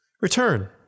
Return